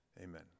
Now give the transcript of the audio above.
Amen